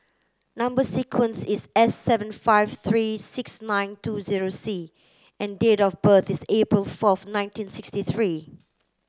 number sequence is S seven five three six nine two zero C and date of birth is April fourth nineteen sixty three